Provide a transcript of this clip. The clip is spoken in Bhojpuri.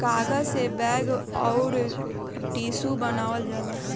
कागज से बैग अउर टिशू बनावल जाला